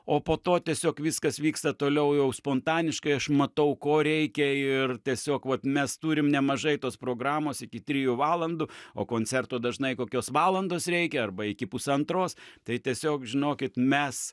o po to tiesiog viskas vyksta toliau jau spontaniškai aš matau ko reikia ir tiesiog vat mes turim nemažai tos programos iki trijų valandų o koncerto dažnai kokios valandos reikia arba iki pusantros tai tiesiog žinokit mes